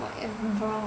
white and brown